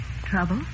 trouble